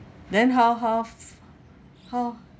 then how how f~ how